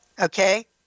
Okay